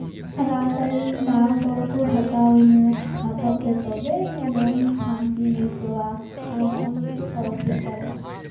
ᱨᱟᱜ ᱟᱭᱤᱧ ᱛᱟᱨᱯᱚᱨ ᱠᱚ ᱦᱟᱛᱟᱣ ᱤᱧᱟᱹ ᱦᱟᱛᱟᱣ ᱠᱟᱛᱮᱫ ᱛᱚᱵᱮ ᱟᱹᱱᱤᱪ ᱢᱚᱱ ᱥᱟᱱᱛᱤᱧ ᱟᱹᱭᱠᱟᱹᱣᱟ ᱟᱨ ᱦᱚᱸᱜᱼᱚ ᱱᱤᱭᱟᱹ ᱠᱚ ᱯᱚᱨᱚᱵᱽ ᱦᱩᱭᱩᱜ ᱛᱟᱞᱮᱭᱟ